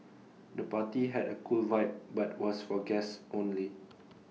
the party had A cool vibe but was for guests only